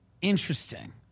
Interesting